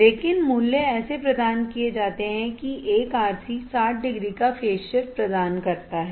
लेकिन मूल्य ऐसे प्रदान किए जाते हैं कि एक RC 60 डिग्री का फेज शिफ्ट प्रदान करता है